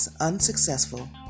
unsuccessful